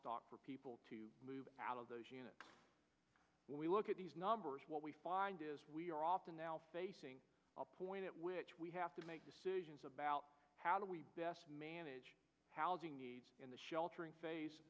stock for people to move out of those we look at these numbers what we find is we are often now facing a point at which we have to make decisions about how do we best manage housing in the sheltering